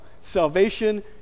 Salvation